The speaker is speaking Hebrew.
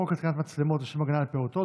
חוק התקנת מצלמות לשם הגנה על פעוטות